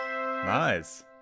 Nice